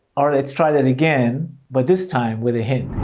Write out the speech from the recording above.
alright, let's try that again but this time with a hint.